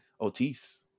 Otis